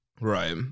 Right